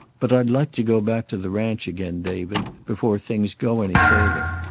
but i'd like to go back to the ranch again, david, before things go any further.